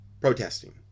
protesting